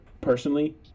Personally